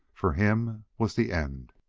for him, was the end.